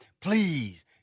Please